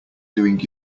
doing